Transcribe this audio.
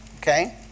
Okay